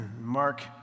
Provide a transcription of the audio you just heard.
Mark